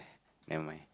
never mind